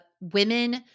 women